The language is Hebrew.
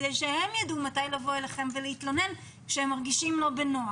כדי שהם יידעו לבוא אליכם ולהתלונן כשהם מרגישים לא בנוח?